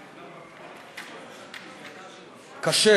קשה.